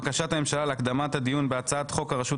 בקשת הממשלה להקדמת הדיון בהצעת חוק הרשות